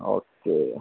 okay